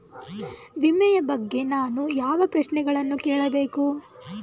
ವಿಮೆಯ ಬಗ್ಗೆ ನಾನು ಯಾವ ಪ್ರಶ್ನೆಗಳನ್ನು ಕೇಳಬೇಕು?